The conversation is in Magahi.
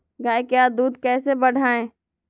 गाय का दूध कैसे बढ़ाये?